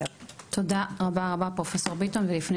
זה הכול.